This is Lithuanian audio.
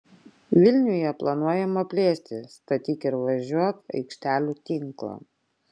vilniuje planuojama plėsti statyk ir važiuok aikštelių tinklą